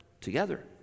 together